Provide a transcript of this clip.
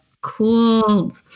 cool